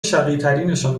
شقیترینشان